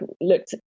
looked